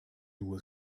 nur